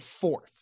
fourth